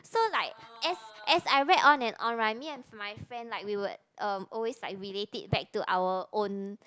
so like as as I read on and on right me and my friend like we would uh always like relate it back to our own